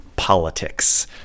politics